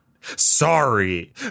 Sorry